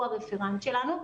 הוא הרפרנט שלנו,